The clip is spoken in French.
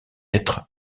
être